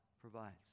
provides